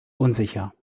unsicher